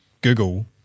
Google